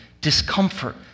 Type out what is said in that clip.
discomfort